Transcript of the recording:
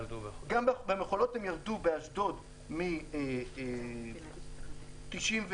באשדוד הם ירדו